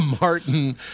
Martin